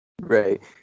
Right